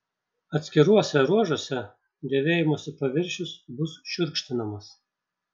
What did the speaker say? atskiruose ruožuose dėvėjimosi paviršius bus šiurkštinamas